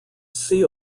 see